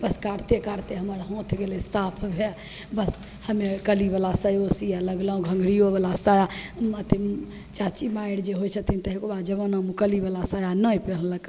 बस काटिते काटिते हमर हाथ गेलै साफ भै बस हमे कलीवला सायो सिअऽ लगलहुँ घघरिओवला साया अथी चाची माइ आर जे होइ छथिन पहिलुका जमानामे कलीवला साया नहि पिन्हलकै